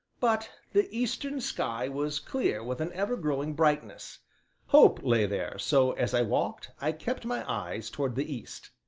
but the eastern sky was clear with an ever-growing brightness hope lay there, so, as i walked, i kept my eyes towards the east.